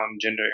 gender